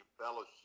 Fellowship